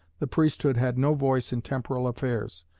the priesthood had no voice in temporal affairs,